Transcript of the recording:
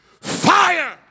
fire